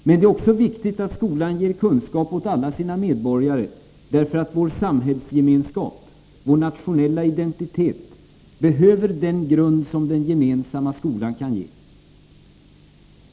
Men det är också viktigt att skolan ger kunskap åt alla medborgare därför att vår samhällsgemenskap, vår nationella identitet behöver den grund som den gemensamma skolan kan ge.